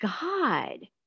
god